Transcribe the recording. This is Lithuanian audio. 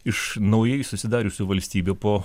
iš naujai susidariusių valstybių po